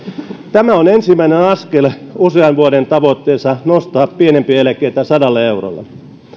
tämä on ensimmäinen askel usean vuoden tavoitteessa nostaa pienimpiä eläkkeitä sadalla eurolla